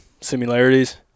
similarities